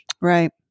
Right